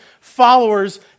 followers